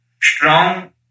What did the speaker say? strong